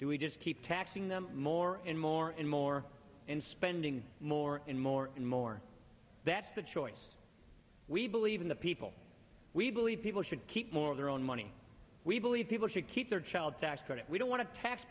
do we just keep taxing them more and more and more and spending more and more and more that's the choice we believe in the people we believe people should keep more of their own money we believe people should keep their child tax credit we don't want to tax